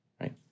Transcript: right